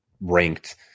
ranked